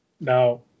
now